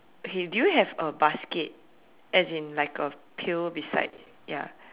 okay do you have a basket as in like a pail beside ya